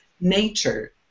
nature